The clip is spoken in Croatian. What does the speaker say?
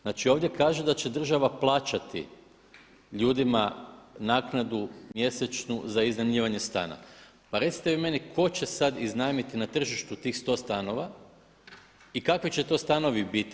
Znači ovdje kaže da će država plaćati ljudima naknadu mjesečnu za iznajmljivanje stana, pa recite vi meni ko će sad iznajmiti na tržištu tih 100 stanova i kakvi će to stanovit biti?